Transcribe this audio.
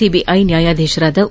CBI ನ್ಯಾಯಾಧೀಶ ಒ